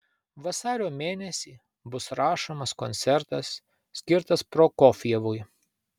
vasario mėnesį bus rašomas koncertas skirtas prokofjevui